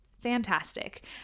fantastic